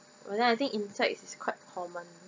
but then I think insects is quite common